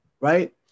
Right